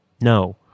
no